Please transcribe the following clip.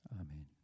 Amen